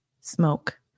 smoke